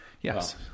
yes